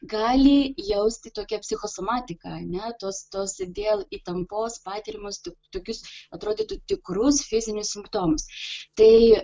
gali jausti tokią psichosomatiką ane tos tos dėl įtampos patiriamas tik tokius atrodytų tikrus fizinius simptomus tai